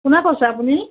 কোনে কৈছে আপুনি